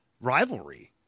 rivalry